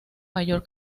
mayor